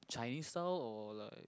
Chinese style or like